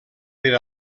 per